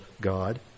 God